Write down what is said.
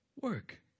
work